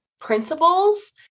principles